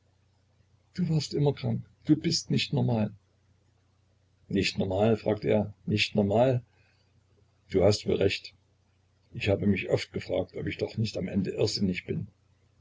du warst immer krank du bist nicht normal nicht normal fragte er nicht normal du hast wohl recht ich habe mich oft gefragt ob ich doch nicht am ende irrsinnig bin